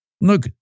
Look